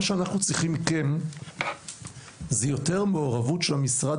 מה שאנחנו צריכים מכם זה יותר מעורבות של המשרד